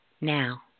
Now